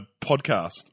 podcast